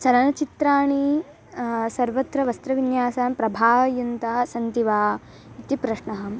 चलनचित्राणि सर्वत्र वस्त्रविन्यासान् प्रभावयन्तः सन्ति वा इति प्रश्नः